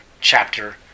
chapter